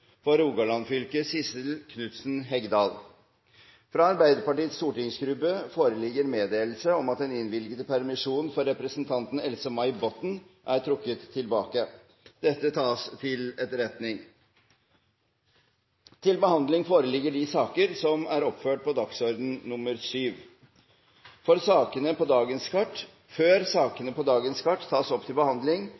for Rogaland fylke: Sissel Knutsen Hegdal Fra Arbeiderpartiets stortingsgruppe foreligger meddelelse om at den innvilgede permisjon for representanten Else-May Botten er trukket tilbake. – Dette tas til etterretning. Før sakene på dagens kart